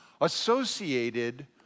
associated